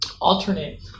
alternate